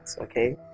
okay